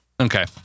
Okay